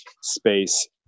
space